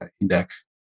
index